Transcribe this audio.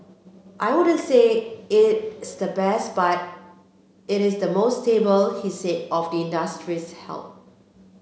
I wouldn't say it's the best but it is the most stable he said of the industry's health